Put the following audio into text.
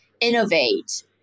innovate